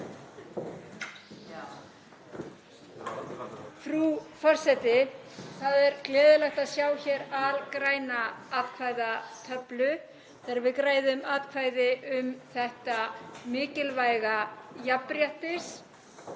Frú forseti. Það er gleðilegt að sjá hér algræna atkvæðatöflu þegar við greiðum atkvæði um þetta mikilvæga jafnréttis-